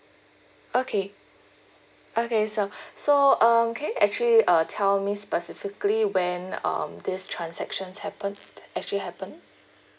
okay okay so so um can you actually uh tell me specifically when um these transactions happened actually happen